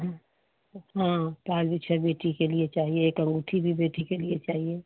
हाँ हाँ पायल बिछिया बेटी के लिए चाहिए एक अँगूठी भी बेटी के लिए चाहिए